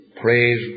Praise